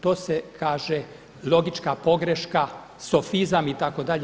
To se kaže logička pogreška, sofizam itd.